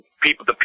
people